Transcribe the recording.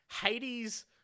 Hades